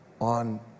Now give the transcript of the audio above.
on